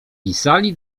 pisali